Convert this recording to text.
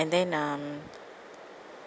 and then um